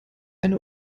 eine